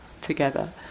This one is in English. together